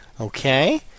Okay